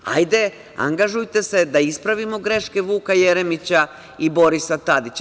Ajde angažujte se da ispravimo greške Vuka Jeremića i Borisa Tadića.